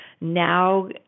now